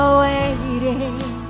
waiting